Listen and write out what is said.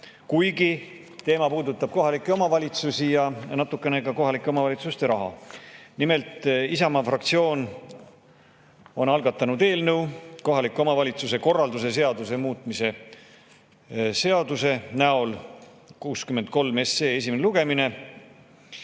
kuigi teema puudutab kohalikke omavalitsusi ja natukene ka kohalike omavalitsuste raha. Nimelt, Isamaa fraktsioon on algatanud kohaliku omavalitsuse korralduse seaduse muutmise seaduse [eelnõu], 63 SE. Esimene lugemine.